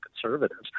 conservatives